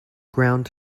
ground